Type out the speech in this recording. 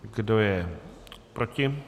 Kdo je proti?